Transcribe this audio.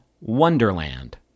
Wonderland